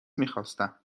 میخواستم